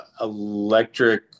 electric